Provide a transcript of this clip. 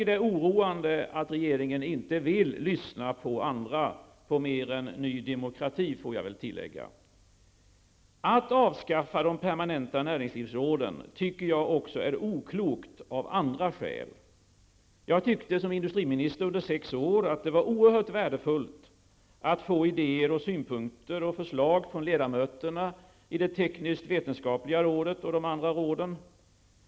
Det är oroande att regeringen inte vill lyssna på andra -- mer än på Ny Demokrati, får jag väl tillägga. Att avskaffa de permanenta näringslivsråden är oklokt också av andra skäl. Som industriminister i sex år tyckte jag att det var oerhört värdefullt att få idéer, synpunkter och förslag från ledamöterna i det tekniskt-vetenskapliga rådet och de andra råden.